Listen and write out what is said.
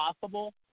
possible